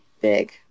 big